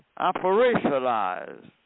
operationalized